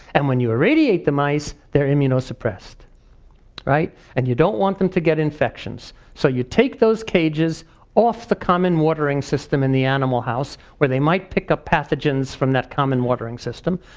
and when you irradiate the mice, they're immuno suppressed and you don't want them to get infections. so you take those cages off the common watering system in the animal house, where they might pick up pathogens from that common watering system.